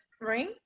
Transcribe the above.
ring